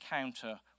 encounter